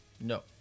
No